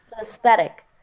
aesthetic